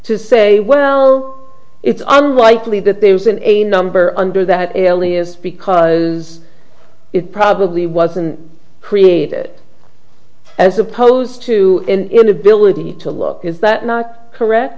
to say well it's unlikely that there isn't a number under that alias because it probably wasn't created as opposed to inability to look is that not correct